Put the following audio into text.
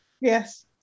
Yes